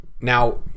Now